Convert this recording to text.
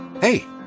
Hey